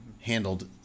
handled